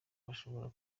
bashobora